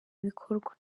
ibikorwa